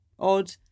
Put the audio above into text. Odd